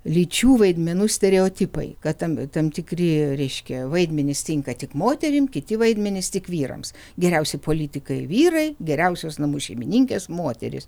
lyčių vaidmenų stereotipai kad tampi tam tikri vyriški vaidmenys tinka tik moterims kiti vaidmenys tik vyrams geriausi politikai vyrai geriausios namų šeimininkės moterys